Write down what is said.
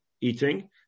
eating